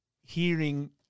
hearing